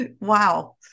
Wow